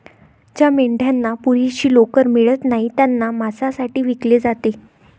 ज्या मेंढ्यांना पुरेशी लोकर मिळत नाही त्यांना मांसासाठी विकले जाते